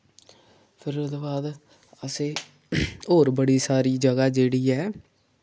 फिर उ'दे बाद असे और बड़ी सारी जगह् जेह्ड़ी ऐ